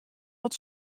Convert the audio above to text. dat